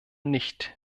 nicht